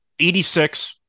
86